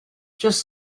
just